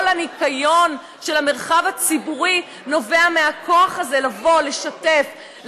כל הניקיון של המרחב הציבורי נובע מהכוח הזה לשתף,